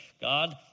God